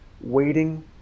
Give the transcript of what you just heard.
waiting